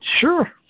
sure